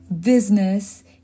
business